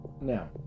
now